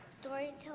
Storytelling